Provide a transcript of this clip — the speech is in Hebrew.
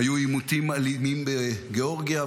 היו עימותים אלימים בגיאורגיה,